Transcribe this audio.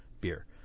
Beer